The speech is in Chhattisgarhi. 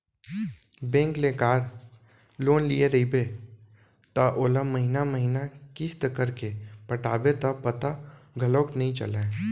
बेंक ले कार लोन लिये रइबे त ओला महिना महिना किस्त करके पटाबे त पता घलौक नइ चलय